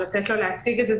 לתת לו להציג את זה,